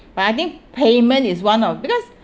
but I think payment is one of because